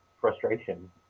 frustration